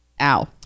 Ow